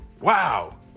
Wow